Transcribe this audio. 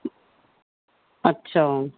अच्छा